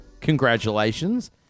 Congratulations